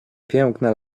piękna